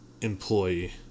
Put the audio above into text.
employee